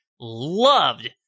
loved